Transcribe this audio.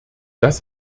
das